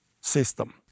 system